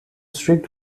strict